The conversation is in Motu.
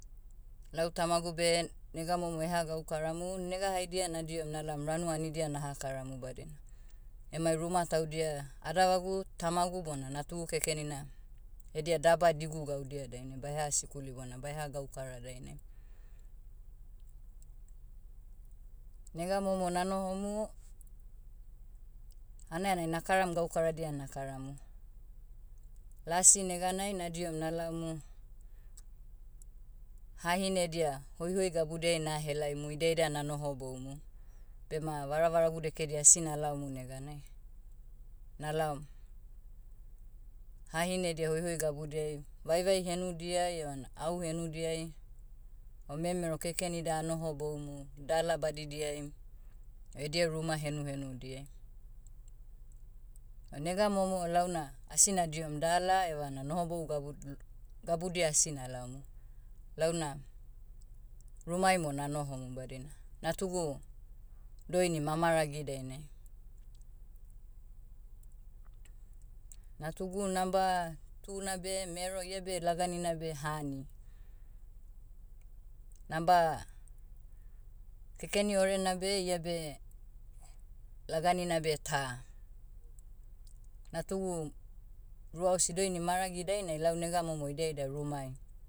Lau tamagu beh, nega momo eha gaukaramu. Nega haidia nadihom nalaom ranu anidia naha karamu badina, emai ruma taudia, adavagu tamagu bona natugu kekenina, edia daba digu gaudia dainai baeha sikuli bona baeha gaukara dainai. Nega momo nanohomu, hanaianai nakaram gaukaradia nakaramu. Lasi neganai nadihom nalaomu, hahine edia, hoihoi gabudiai nahelaimu idia ida nanohoboumu, bema varavaragu dekedia asi nalaomu neganai. Nalaom, hahine edia hoihoi gabudiai, vaivai henudiai evana au henudiai, o memero keken ida anohoboumu dala badidiai, edia ruma henuhenudiai. O nega momo launa, asi nadihom dala evana nohobou gabud- l- gabudia asi nalaomu. Launa, rumai mo nanohomu badina natugu, doini mamaragi dainai. Natugu number, tu nabe mero ia beh laganina beh hani. Number, kekeni orena beh iabe, laganina beh ta. Natugu, ruaosi doini maragi dainai lau nega momo idia ida rumai.